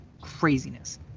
Craziness